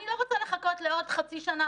אני לא רוצה לחכות לעוד חצי שנה,